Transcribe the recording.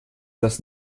das